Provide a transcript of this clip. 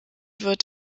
wird